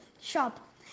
shop